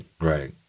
right